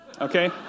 Okay